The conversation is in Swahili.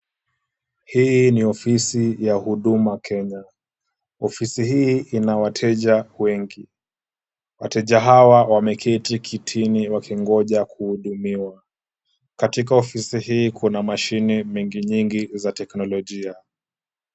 Hii ni ofisi ya Huduma Kenya. Ofisi hii ina wateja wengi. Wateja hawa wameketi kitini wakingoja kuhudumiwa. Katika ofisi hii kuna mashine nyingi nyingi za kiteknolojia.